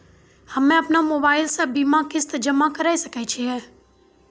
हम्मे अपन मोबाइल से बीमा किस्त जमा करें सकय छियै?